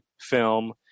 film